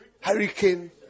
hurricane